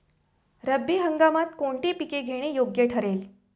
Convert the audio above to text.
रब्बी हंगामात कोणती पिके घेणे योग्य ठरेल?